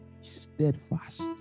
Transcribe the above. Steadfast